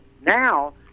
Now